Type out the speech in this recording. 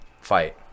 fight